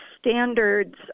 standards